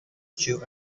chew